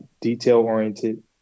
detail-oriented